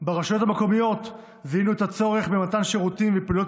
ברשויות המקומיות זיהינו את הצורך במתן שירותים ופעולות